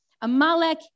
Amalek